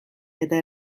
eta